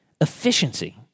Efficiency